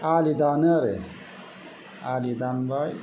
आलि दानो आरो आलि दानबाय